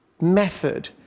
method